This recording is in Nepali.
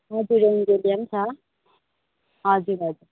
हजुर एन्जेलिया पनि छ हजुर हजुर